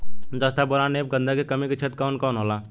जस्ता बोरान ऐब गंधक के कमी के क्षेत्र कौन कौनहोला?